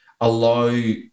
allow